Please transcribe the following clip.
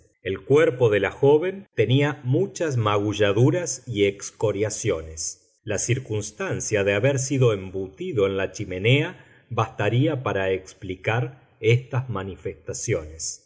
el cuerpo de la joven tenía muchas magulladuras y excoriaciones la circunstancia de haber sido embutido en la chimenea bastaría para explicar estas manifestaciones